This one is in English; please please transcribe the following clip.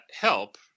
help